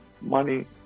money